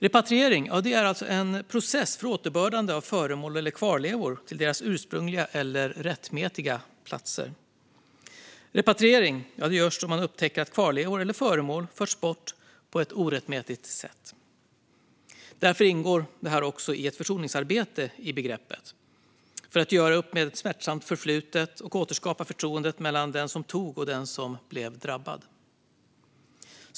Repatriering är en process för återbördande av föremål eller kvarlevor till deras ursprungliga eller rättmätiga platser. Repatriering görs då man upptäcker att kvarlevor eller föremål förts bort på ett orättmätigt sätt. Därför ingår det också ett försoningsarbete i begreppet för att göra upp med ett smärtsamt förflutet och återskapa förtroendet mellan den som tog och den som blev drabbad.